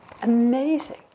Amazing